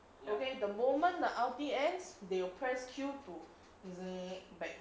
okay the moment the ulti ends they will press Q to zing back